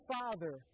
Father